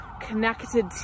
connected